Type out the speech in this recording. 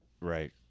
Right